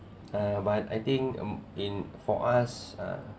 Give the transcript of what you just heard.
uh but I think mm in for us uh